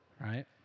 right